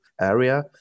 area